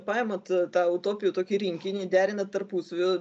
paimat tą utopijų tokį rinkinį derinat tarpusavy